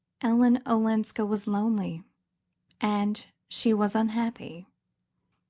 ellen olenska was lonely and she was unhappy.